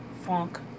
funk